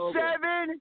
seven